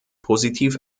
positiv